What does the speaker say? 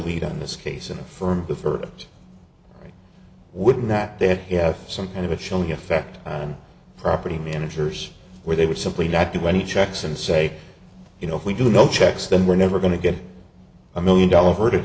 lead on this case and affirm the third wouldn't that they have some kind of a chilling effect on property managers where they were simply not do any checks and say you know if we do no checks then we're never going to get a million dollar verdict